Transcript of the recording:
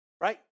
Right